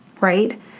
right